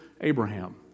Abraham